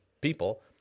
people